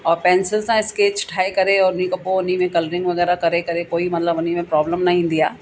और पैंसिल सां स्कैच ठाहे करे और उन खां पोइ उन में कलरिंग वग़ैरह करे करे कोई मतिलबु उन में प्रॉब्लम न ईंदी आहे